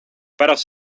pärast